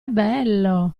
bello